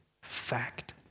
Fact